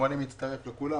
גם אני מצטרף לדברי כולם,